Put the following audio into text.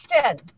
Question